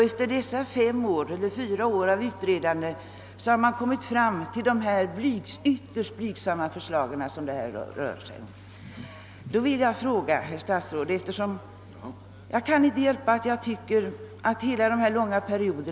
Efter fem år av utredande har man kommit fram till det ytterst blygsamma förslag som nu läggs fram. Jag kan inte underlåta att tycka att det verkar något cyniskt.